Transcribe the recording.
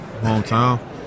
hometown